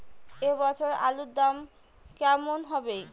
এ বছর আলুর দাম কেমন হবে?